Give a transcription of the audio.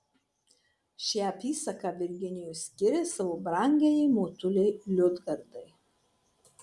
šią apysaką virginijus skiria savo brangiajai motulei liudgardai